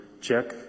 check